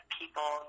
people